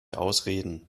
ausreden